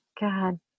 God